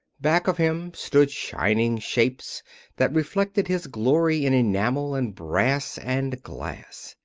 back of him stood shining shapes that reflected his glory in enamel, and brass, and glass.